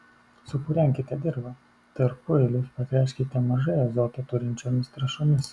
supurenkite dirvą tarpueilius patręškite mažai azoto turinčiomis trąšomis